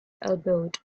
elbowed